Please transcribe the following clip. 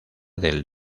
del